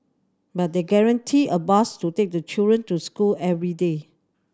but they guaranteed a bus to take the children to school every day